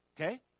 Okay